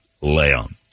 Leon